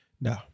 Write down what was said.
No